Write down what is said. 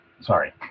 sorry